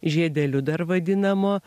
žiedeliu dar vadinamo